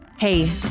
Hey